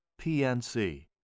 PNC